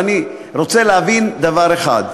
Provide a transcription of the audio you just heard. אני רוצה להבין דבר אחד,